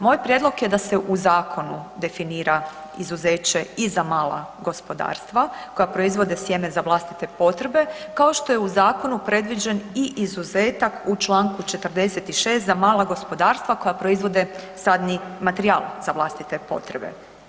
Moj prijedlog je da u zakonu definira izuzeće i za mala gospodarstva koja proizvode sjeme za vlastite potrebe kao što je u zakonu predviđen i izuzetak u Članku 46. za mala gospodarstva koja proizvode sadni materijal za vlastite potrebe.